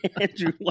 Andrew